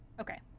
Okay